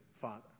father